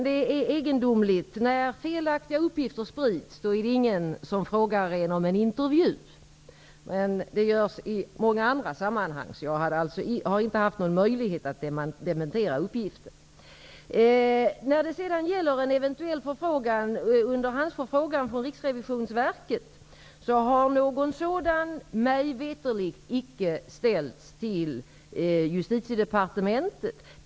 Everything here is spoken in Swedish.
Det är egendomligt att när felaktiga uppgifter sprids är det ingen som efterfrågar en intervju, medan det görs i många andra sammanhang. Därför har jag inte haft någon möjlighet att dementera uppgiften. När det gäller en eventuell underhandsförfrågan från Riksrevisionsverket har någon sådan mig veterligt icke ställts till Justitiedepartementet.